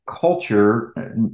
culture